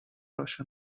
اشنا